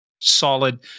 solid